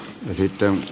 kiitoksia